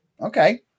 okay